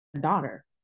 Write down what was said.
daughter